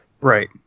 Right